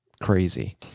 crazy